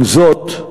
עם זאת,